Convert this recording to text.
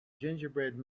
gingerbread